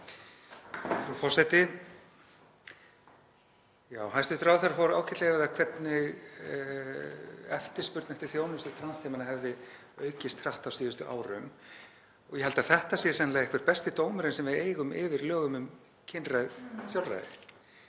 Frú forseti. Hæstv. ráðherra fór ágætlega yfir það hvernig eftirspurn eftir þjónustu transteymanna hefði aukist hratt á síðustu árum. Ég held að þetta sé sennilega einhver besti dómurinn sem við eigum yfir lögum um kynrænt sjálfræði.